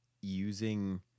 using